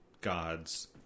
gods